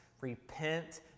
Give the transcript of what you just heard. repent